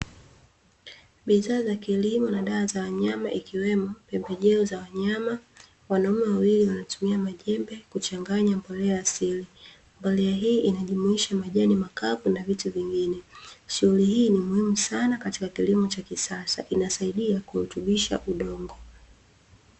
Bidhaa za kilimo na dawa za wanyama ikiwemo pembejeo za wanyama, wanaume wawili wanatumia majembe kuchanganya mbolea asili mbolea hii inajumuisha majani makavu na vitu vingine, shughuli hii ni muhimu sana katika kilimo cha kisasa inasaidia kurutubisha udongo.